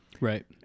right